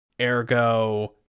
ergo